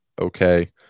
Okay